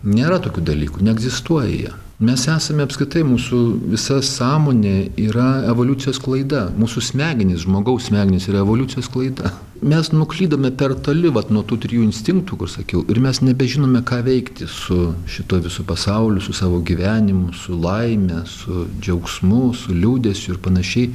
nėra tokių dalykų neegzistuoja jie mes esame apskritai mūsų visa sąmonė yra evoliucijos klaida mūsų smegenys žmogaus smegenys yra evoliucijos klaida mes nuklydome per toli vat nuo tų trijų instinktų kur sakiau ir mes nebežinome ką veikti su šituo visu pasauliu su savo gyvenimu su laime su džiaugsmu su liūdesiu ir panašiai